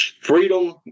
Freedom